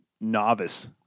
novice